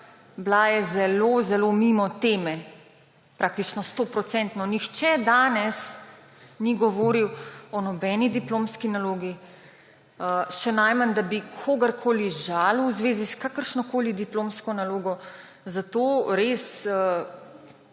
bila je zelo zelo mimo teme, praktično 100-procentno. Nihče danes ni govoril o nobeni diplomski nalogi, še najmanj, da bi kogarkoli žalil v zvezi s kakršnokoli diplomsko nalogo, zato res,